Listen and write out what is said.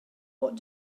what